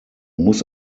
muss